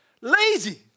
Lazy